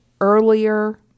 earlier